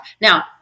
Now